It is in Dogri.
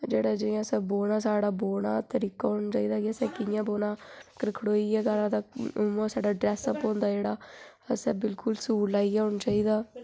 जेह्ड़ा जियां असें बौह्ना साढ़ा बौह्ना तरीका होना चाहिदा कि असें कियां बौह्ना अगर खड़ोई ऐ गाना ता उं'आं साढ़ा ड्रैसअप होंदा जेह्ड़ा असें बिल्कुल सूॅट लाइयै औना चाहिदा